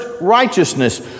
righteousness